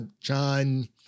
John